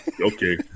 Okay